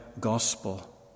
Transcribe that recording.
gospel